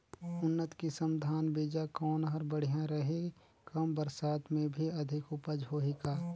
उन्नत किसम धान बीजा कौन हर बढ़िया रही? कम बरसात मे भी अधिक उपज होही का?